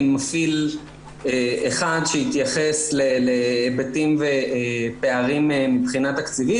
מפעיל אחד שהתייחס להיבטים ופערים מבחינה תקציבית.